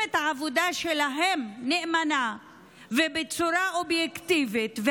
את העבודה שלהם נאמנה ובצורה אובייקטיבית,